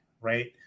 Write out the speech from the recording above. right